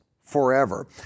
forever